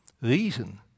reason